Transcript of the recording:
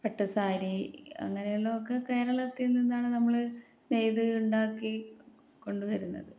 പട്ടുസാരി അങ്ങനെ ഉള്ളതൊക്കെ കേരളത്തിൽ നിന്നാണ് നമ്മൾ നെയ്ത് ഉണ്ടാക്കി കൊണ്ടു വരുന്നത്